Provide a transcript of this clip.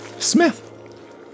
Smith